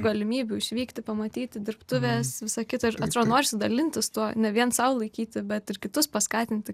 galimybių išvykti pamatyti dirbtuves visą kitą ir atrodo norisi dalintis tuo ne vien sau laikyti bet ir kitus paskatinti